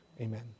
Amen